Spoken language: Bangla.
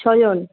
ছজন